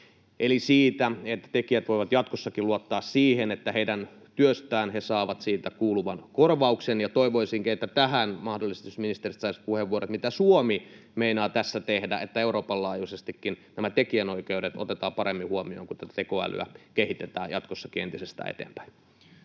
eli siitä, että tekijät voivat jatkossakin luottaa siihen, että he saavat heidän työstään siitä kuuluvan korvauksen. Toivoisinkin, että jos mahdollisesti tähän ministeriltä saisi puheenvuoron, mitä Suomi meinaa tässä tehdä, että Euroopan laajuisestikin nämä tekijänoikeudet otetaan paremmin huomioon, kun tätä tekoälyä kehitetään jatkossakin entisestään eteenpäin.